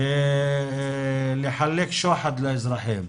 לחלק שוחד לאזרחים.